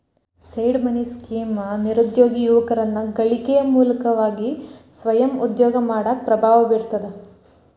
seed money scheme ನಿರುದ್ಯೋಗಿ ಯುವಕರನ್ನ ಗಳಿಕೆಯ ಮೂಲವಾಗಿ ಸ್ವಯಂ ಉದ್ಯೋಗ ಮಾಡಾಕ ಪ್ರಭಾವ ಬೇರ್ತದ